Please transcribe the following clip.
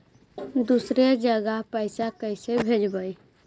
दुसरे जगह पैसा कैसे भेजबै?